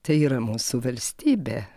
tai yra mūsų valstybė